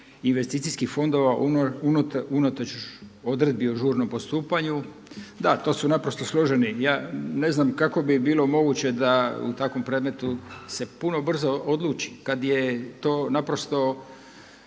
investicijskih fondova unatoč odredbi o žurnom postupanju, da to su naprosto složeni – ja ne znam kako bi bilo moguće da u takvom predmetu puno brzo se odluči kada je to naprosto